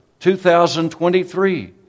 2023